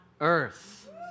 Earth